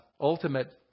ultimate